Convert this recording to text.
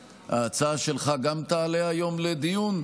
ההצעה שלך גם היא תעלה היום לדיון?